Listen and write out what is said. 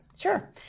Sure